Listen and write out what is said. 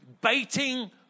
baiting